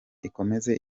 ikomeze